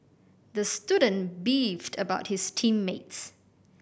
the student beefed about his team mates